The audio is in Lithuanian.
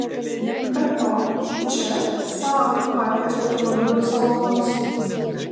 be to čia saab markės automobilių salonas